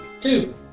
Two